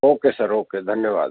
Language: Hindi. ओके सर ओके धन्यवाद